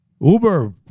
Uber